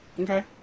Okay